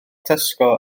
tesco